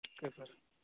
okay sir